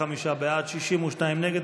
45 בעד, 62 נגד.